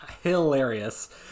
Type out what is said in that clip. hilarious